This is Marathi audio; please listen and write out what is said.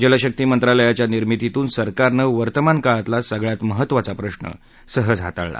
जलशक्ती मंत्रालयाच्या निर्मितीतून सरकारनं वर्तमान काळातला सगळ्यात महत्त्वाचा प्रश्न सहज हाताळला